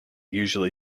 usually